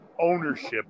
ownership